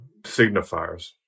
signifiers